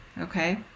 okay